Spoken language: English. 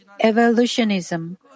evolutionism